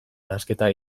nahasketa